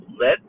Let